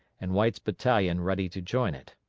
and white's battalion ready to join it.